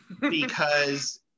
because-